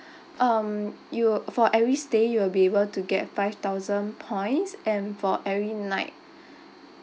um you for every stay you will be able to get five thousand points and for every night